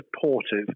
supportive